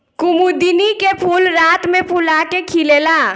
कुमुदिनी के फूल रात में फूला के खिलेला